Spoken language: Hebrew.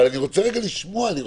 אבל אני רוצה לשמוע גם אותו.